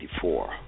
1954